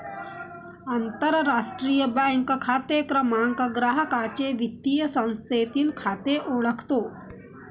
आंतरराष्ट्रीय बँक खाते क्रमांक ग्राहकाचे वित्तीय संस्थेतील खाते ओळखतो